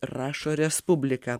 rašo respublika